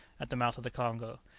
at the mouth of the congo.